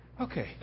Okay